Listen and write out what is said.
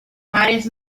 mares